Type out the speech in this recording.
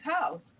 house